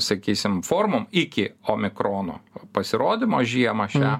sakysim formom iki omikrono pasirodymo žiemą šią